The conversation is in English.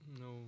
No